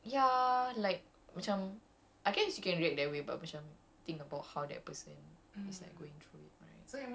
and then dia orang just like throw the whole man away lah apa you know macam like ya like macam